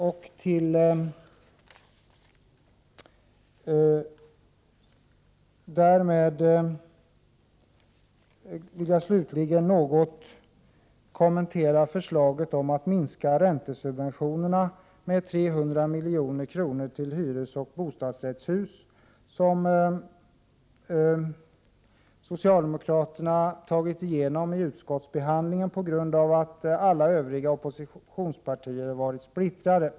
59 Jag vill också något kommentera förslaget att minska räntesubventionerna kraterna fått igenom vid utskottsbehandlingen på grund av att oppositionspartierna varit splittrade.